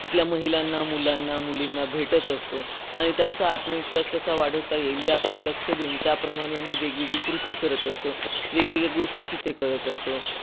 तिथल्या महिलांना मुलांना मुलींना भेटत असतो आणि त्यांचा आत्मविश्वास कसा वाढवता येईल याकडे लक्ष देऊन त्याप्रमाणे आम्ही वेगवेगळी कृती करत असतो वेगवेगळ्या गोष्टी तिथे करत असतो